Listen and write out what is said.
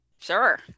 sure